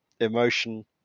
emotion